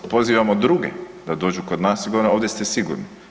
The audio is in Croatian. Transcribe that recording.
Pozivamo druge da dođu kod nas i govorimo ovdje ste sigurni.